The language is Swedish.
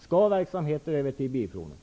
Skall verksamheten överföras till Svensk Bilprovning?